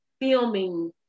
filming